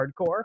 hardcore